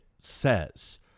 says